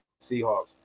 Seahawks